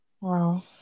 Wow